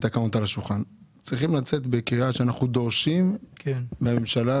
צריכים לצאת בקריאה שאנחנו דורשים ממשרד